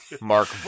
Mark